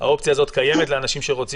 האופציה הזאת קיימת לאנשים שרוצים,